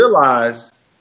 realize